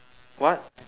what